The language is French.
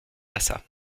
massat